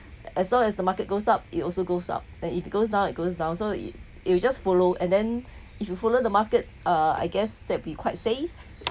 as long as the market goes up it also goes up then if goes down it goes down so it it'll just follow and then if you follow the market uh I guess that'd be quite safe